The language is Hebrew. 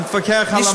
אני אתווכח על המהות.